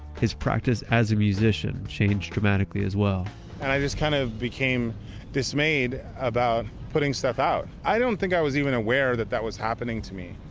his practice as a musician changed dramatically as well and i just kind of became this dismayed about putting stuff out. i don't think i was even aware that that was happening to me.